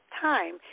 time